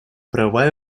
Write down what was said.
права